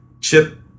chip